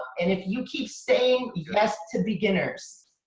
and if you keep saying yes to beginners,